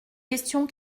questions